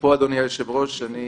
פה, אדוני היושב-ראש, אני